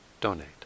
donate